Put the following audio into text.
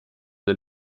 del